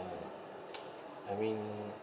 I mean